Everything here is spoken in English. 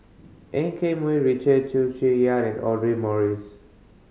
En Keng Mun Richard Chew and Audra Morrice